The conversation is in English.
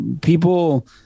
people